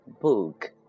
book